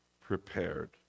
prepared